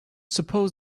suppose